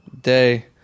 day